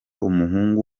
umuhungu